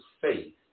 faith